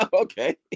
okay